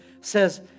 says